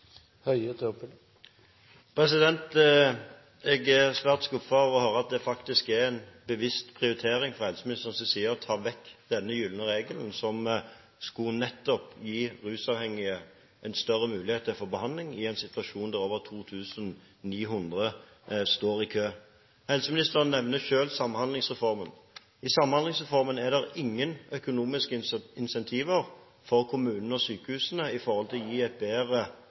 Jeg er svært skuffet over å høre at det faktisk er en bevisst prioritering fra helseministerens side å ta vekk denne gylne regelen, som nettopp skulle gi rusavhengige en større mulighet til å få behandling, i en situasjon der over 2 900 står i kø. Helseministeren nevner selv Samhandlingsreformen. I Samhandlingsreformen er det ingen økonomiske incentiver for kommunene og sykehusene i forhold til å gi et bedre